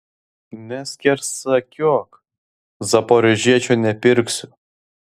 neskersakiuok zaporožiečio nepirksiu